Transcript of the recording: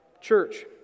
church